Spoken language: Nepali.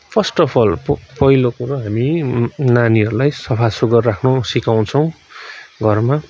फर्स्ट अफ् अल प पहिलो कुरो हामी नानीहरूलाई सफासुग्घर राख्नु सिकाउँछौँ घरमा